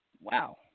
wow